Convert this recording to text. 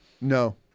No